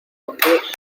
andrés